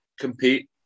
compete